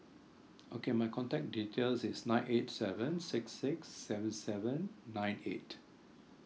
okay my contact details is nine eight seven six six seven seven nine eight